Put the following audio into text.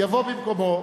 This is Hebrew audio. יבוא במקומו